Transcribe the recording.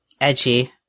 edgy